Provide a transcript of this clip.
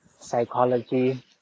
psychology